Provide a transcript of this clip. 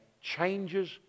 changes